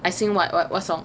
I sing what what what song